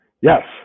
Yes